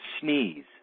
sneeze